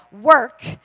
work